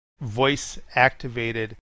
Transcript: voice-activated